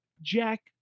jack